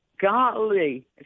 golly